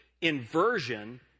inversion